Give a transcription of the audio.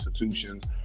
institutions